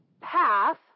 path